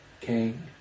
king